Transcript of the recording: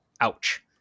Ouch